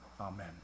amen